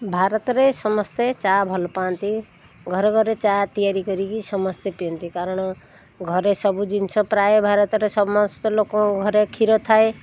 ଭାରତରେ ସମସ୍ତେ ଚା' ଭଲ ପାଆନ୍ତି ଘରେ ଘରେ ଚା' ତିଆରି କରିକି ସମସ୍ତେ ପିଅନ୍ତି କାରଣ ଘରେ ସବୁ ଜିନିଷ ପ୍ରାୟ ଭାରତରେ ସମସ୍ତ ଲୋକଙ୍କ ଘରେ କ୍ଷୀର ଥାଏ